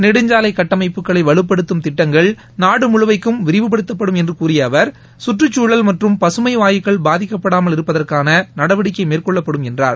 நெடுஞ்சாலை கட்டமைப்புகளை வலுப்படுத்தும் திட்டங்கள் நாடு முழுமைக்கும் விரிவுபடுத்தப்படும் என்று கூறிய அவர் சுற்றுச்சூழல் மற்றும் பசுமை வாயுக்கள் பாதிக்கப்படாமல் இருப்பதற்கான நடவடிக்கை மேற்கொள்ளப்படும் என்றார்